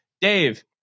Dave